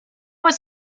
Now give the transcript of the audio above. was